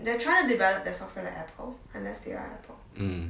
mm